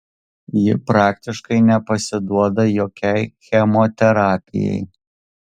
ji praktiškai nepasiduoda jokiai chemoterapijai